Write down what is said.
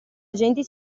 agenti